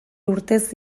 urtez